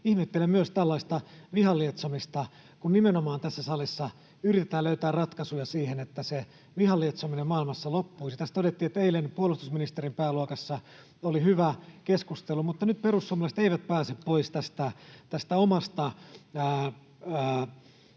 Ihmettelen myös tällaista vihan lietsomista, kun nimenomaan tässä salissa yritetään löytää ratkaisuja siihen, että se vihan lietsominen maailmassa loppuisi. Tässä todettiin, että eilen puolustusministeriön pääluokassa oli hyvä keskustelu, mutta nyt perussuomalaiset eivät pääse pois tästä omasta,